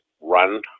run